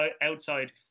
outside